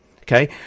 okay